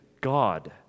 God